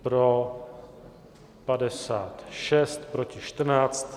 Pro 56, proti 14.